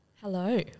hello